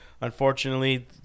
unfortunately